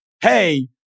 hey